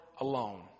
alone